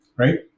right